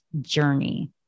journey